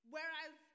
Whereas